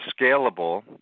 scalable